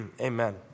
Amen